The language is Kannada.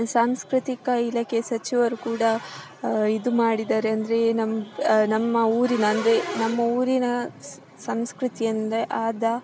ಸಾಂಸ್ಕೃತಿಕ ಇಲಾಖೆ ಸಚಿವರು ಕೂಡ ಇದು ಮಾಡಿದಾರೆ ಅಂದರೆ ನಮ್ಮ ನಮ್ಮ ಊರಿನ ಅಂದರೆ ನಮ್ಮ ಊರಿನ ಸಂಸ್ಕೃತಿಯಂದರೆ ಆದ